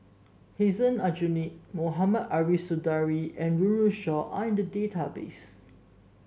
Hussein Aljunied Mohamed Ariff Suradi and Run Run Shaw are in the database